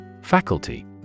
Faculty